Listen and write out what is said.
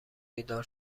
بیدار